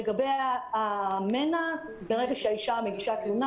לגבי מנ"ע, ברגע שהאישה מגישה תלונה